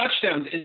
touchdowns